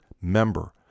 member